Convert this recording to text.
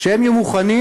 כשהם יהיו מוכנים,